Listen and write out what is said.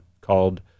called